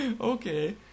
Okay